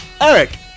Eric